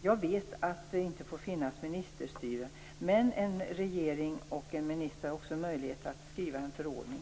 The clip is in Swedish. Jag vet att man inte får bedriva ministerstyre, men en regering och även en minister har möjlighet att utfärda en förordning.